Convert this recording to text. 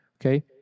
Okay